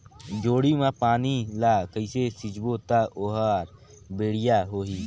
जोणी मा पानी ला कइसे सिंचबो ता ओहार बेडिया होही?